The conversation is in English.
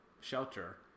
shelter